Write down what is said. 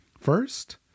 First